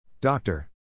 Doctor